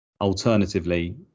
Alternatively